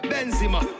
Benzema